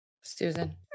Susan